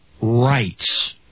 rights